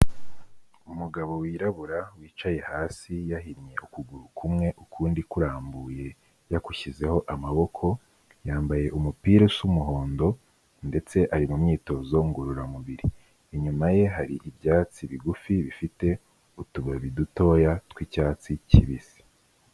Umugabo wirabura wicaye hasi yahinnye ukuguru kumwe ukundi kurambuye, yagushyizeho amaboko, yambaye umupira usa umuhondo ndetse ari mu myitozo ngororamubiri, inyuma ye hari ibyatsi bigufi bifite utubabi dutoya tw'icyatsi kibisi.